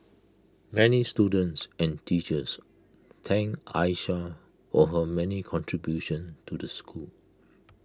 many students and teachers thanked Aisha for her many contributions to the school